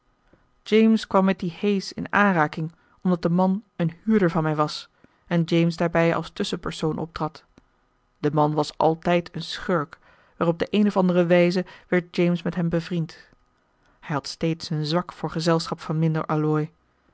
james kwam met dien hayes in aanraking omdat de man een huurder van mij was en james daarbij als tusschenpersoon optrad de man was altijd een schurk maar op de een of andere wijze werd james met hem bevriend hij had steeds een zwak voor gezelschap van minder allooi